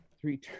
three